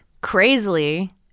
crazily